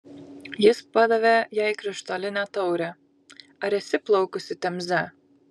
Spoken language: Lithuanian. jis padavė jai krištolinę taurę ar esi plaukusi temze